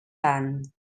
tant